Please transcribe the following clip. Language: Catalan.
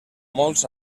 molts